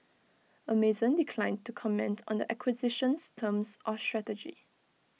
Amazon declined to comment on the acquisition's terms or strategy